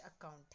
account